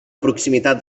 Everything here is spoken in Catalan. proximitat